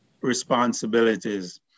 responsibilities